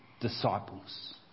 disciples